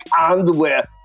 underwear